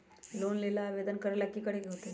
Loan लेबे ला आवेदन करे ला कि करे के होतइ?